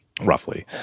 roughly